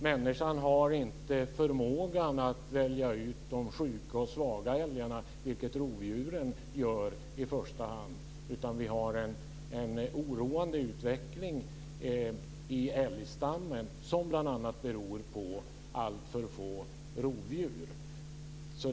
Människan har inte förmågan att välja ut de sjuka och svaga älgarna, vilket rovdjuren gör i första hand. Vi har en oroande utveckling av älgstammen som bl.a. beror på alltför få rovdjur.